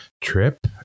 trip